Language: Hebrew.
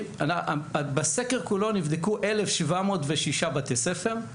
בסקר כולו נבדקו 1706 בתי ספר,